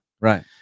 Right